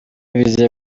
bizeye